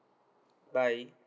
bye